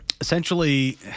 Essentially